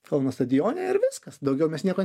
kauno stadione ir viskas daugiau mes nieko